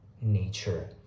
nature